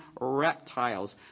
reptiles